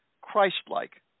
Christ-like